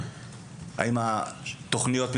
האם התוכניות מתקדמות.